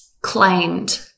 claimed